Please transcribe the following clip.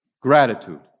Gratitude